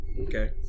Okay